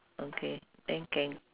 okay